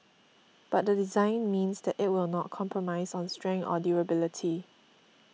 but the design means that it will not compromise on strength or durability